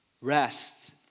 Rest